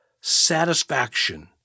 Satisfaction